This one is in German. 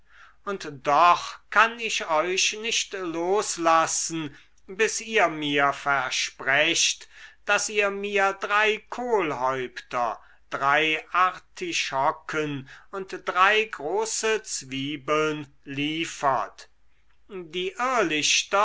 und doch kann ich euch nicht loslassen bis ihr mir versprecht daß ihr mir drei kohlhäupter drei artischocken und drei große zwiebeln liefert die